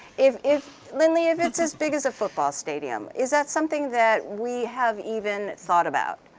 if if lindley if it's as big as a football stadium, is that something that we have even thought about?